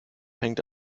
hängt